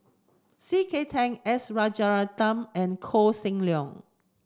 C K Tang S Rajaratnam and Koh Seng Leong